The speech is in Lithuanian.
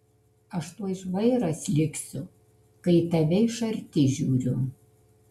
aš tuoj žvairas liksiu kai į tave iš arti žiūriu